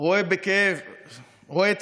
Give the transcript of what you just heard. רואה את הכאב שלנו,